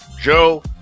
Joe